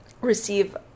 receive